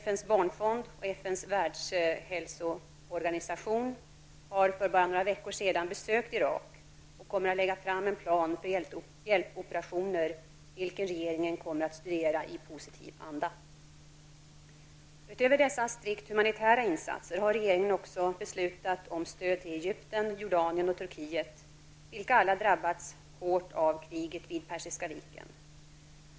FNs barnfond och FNs världshälsoorganisation har för bara någon vecka sedan besökt Irak och kommer att lägga fram en plan för hjälpoperationer, vilken regeringen kommer att studera i positiv anda. Utöver dessa strikt humanitära insatser har regeringen också beslutat om stöd till Egypten, Jordanien och Turkiet, vilka alla drabbats hårt av kriget vid Persiska viken.